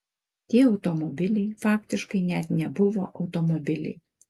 tie automobiliai faktiškai net nebuvo automobiliai